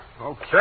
Okay